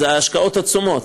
אלה השקעות עצומות,